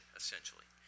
essentially